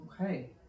Okay